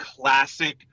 classic